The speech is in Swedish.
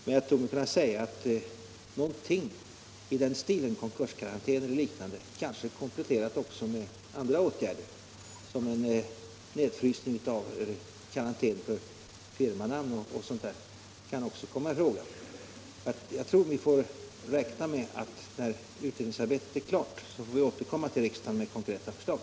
Men jag tror mig kunna säga att det kommer att bli någonting i den här stilen med konkurskarantän och liknande, kanske kompletterat med andra åtgärder, t.ex. en nedfrysning av karantänen för firmanamn och sådant. När utredningsarbetet är klart får vi återkomma till riksdagen med konkreta förslag.